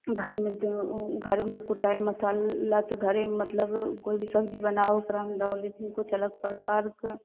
घरमे घरमे कुटल मसाला तऽ घरेमे मतलब कोइ भी सबजी बनाबहो ओकरामे दहो लेकिन किछु अलग प्रकारके